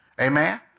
Amen